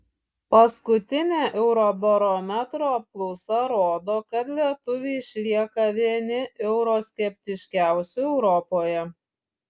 paskutinė eurobarometro apklausa rodo kad lietuviai išlieka vieni euroskeptiškiausių europoje